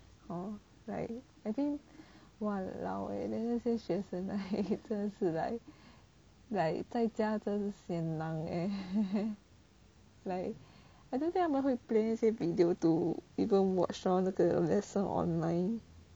or like I think !walao! eh then 那些学生的真是的 like like 在家真的很 sian like I don't think 他们会 play 那些 video to even watch lor 那个 lesson online